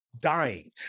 dying